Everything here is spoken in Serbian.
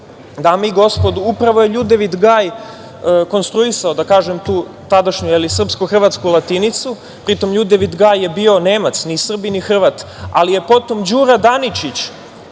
i gospodo, upravo je Ljudevid Gaj konstruisao tu tadašnju srpsko-hrvatsku latinicu. Pritom, Ljudevid Gaj je bio Nemac, ni Srbin, ni Hrvat, ali je potom Đura Daničić,